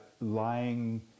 lying